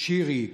שירי,